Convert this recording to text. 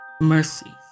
mercies